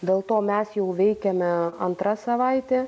dėl to mes jau veikiame antra savaitė